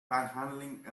panhandling